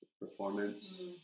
performance